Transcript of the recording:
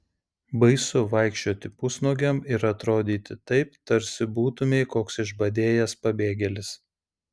baisu vaikščioti pusnuogiam ir atrodyti taip tarsi būtumei koks išbadėjęs pabėgėlis